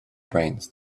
brains